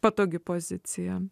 patogi pozicija